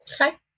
Okay